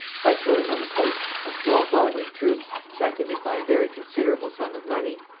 by throwing on the coast a small body of troops seconded by a very considerable sum of money,